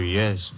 yes